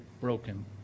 broken